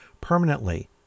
permanently